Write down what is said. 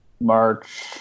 March –